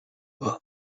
vamos